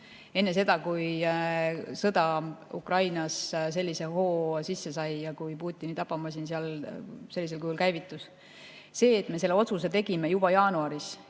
enne seda, kui sõda Ukrainas sellise hoo sisse sai ja kui Putini tapamasin seal sellisel kujul käivitus. See, et me selle otsuse tegime juba jaanuaris